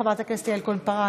חברת הכנסת יעל כהן-פארן,